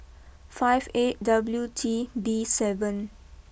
five eight W T B seven